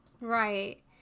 Right